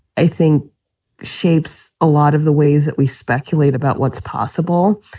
i think shapes a lot of the ways that we speculate about what's possible.